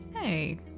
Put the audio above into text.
Hey